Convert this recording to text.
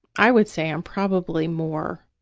i would say i'm probably more